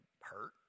hurt